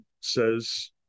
says